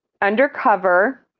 undercover